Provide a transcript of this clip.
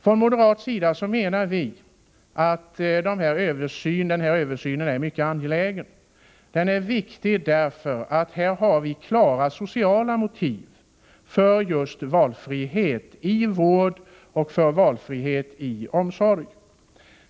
Från moderata samlingspartiet menar vi att en sådan här översyn är mycket angelägen. Den är viktig därför att det finns klara sociala motiv för valfrihet i vård och i omsorg.